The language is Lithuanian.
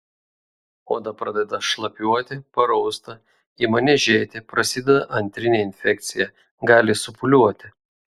oda pradeda šlapiuoti parausta ima niežėti prasideda antrinė infekcija gali supūliuoti